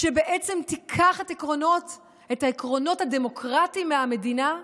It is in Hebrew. שבעצם תיקח את העקרונות הדמוקרטיים מהמדינה?